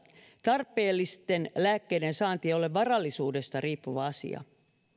tarpeellisten lääkkeiden saanti ole tässä maassa varallisuudesta riippuva asia